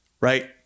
right